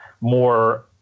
more